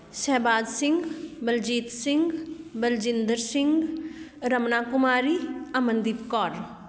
Shahbaz Singh Baljit Singh Baljinder Singh Ramna Kumari Amandeep Kaur